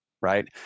right